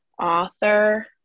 author